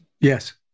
Yes